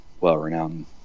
well-renowned